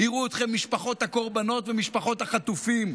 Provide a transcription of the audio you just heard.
יראו אתכם משפחות הקורבנות, משפחות החטופים,